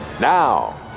now